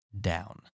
down